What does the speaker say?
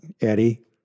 Eddie